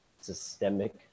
systemic